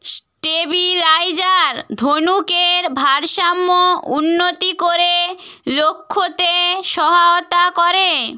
stabiliser ধনুকের ভারসাম্য উন্নতি করে লক্ষ্যতে সহায়তা করে